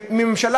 "ממשלה